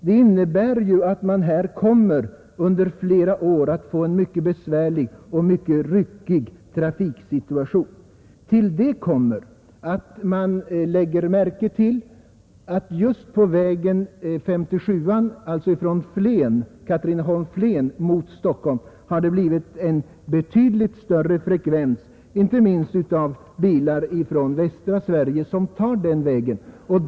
Det innebär att man här under flera år kommer att få en mycket besvärlig och ryckig trafiksituation. Vidare kan man lägga märke till att det just på väg 57 från Katrineholm—Flen mot Stockhom har blivit en betydligt större frekvens inte minst av bilar från västra Sverige, som tar den vägen.